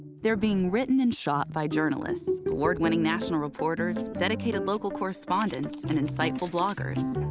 they're being written and shot by journalists, award-winning national reporters, dedicated local correspondents, and insightful bloggers.